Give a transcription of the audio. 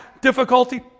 difficulty